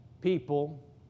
people